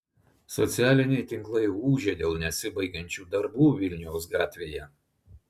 socialiniai tinklai ūžia dėl nesibaigiančių darbų vilniaus gatvėje